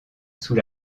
sous